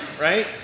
right